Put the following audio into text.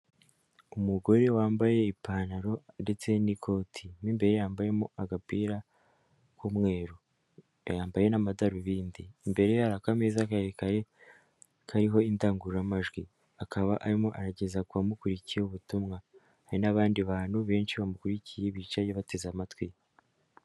Umugore wambaye ipantaro ndetse n'ikoti imbere yambayemo agapira k'umweru yayambaye n'amadarubindi imbere ya akameza karerekare kariho indangururamajwi, akaba arimo ayageza ku bamukurikiye ubutumwa hari n'abandi bantu benshi bamukurikiye bicaye bateze amatwi.